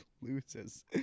loses